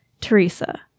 Teresa